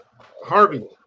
Harvey